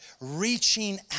reaching